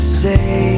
say